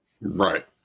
Right